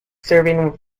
serving